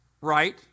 Right